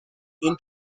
این